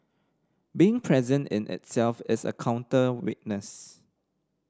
being present in itself is a counter witness